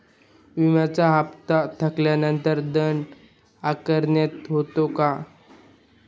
विम्याचा हफ्ता थकल्यानंतर दंड आकारणी होते का?